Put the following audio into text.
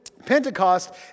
Pentecost